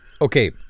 Okay